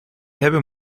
hebben